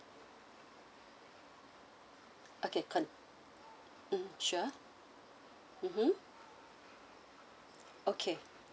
okay can um sure mmhmm okay